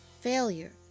Failure